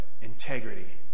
integrity